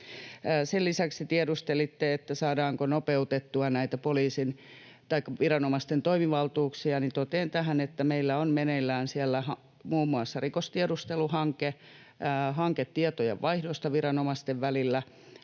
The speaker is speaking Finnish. Sen lisäksi tiedustelitte, saadaanko nopeutettua näitä viranomaisten toimivaltuuksia. Totean tähän, että meillä on meneillään siellä muun muassa rikostiedusteluhanke, hanke tietojenvaihdosta viranomaisten välillä